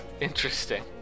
Interesting